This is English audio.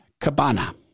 Cabana